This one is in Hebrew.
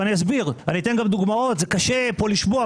זה קשה לשמוע,